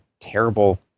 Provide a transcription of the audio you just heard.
terrible